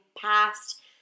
past